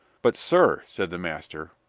but, sir, said the master,